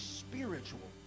spiritual